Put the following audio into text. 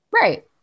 right